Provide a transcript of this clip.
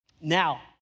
Now